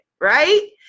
right